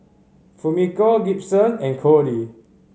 Fumiko Gibson and Codey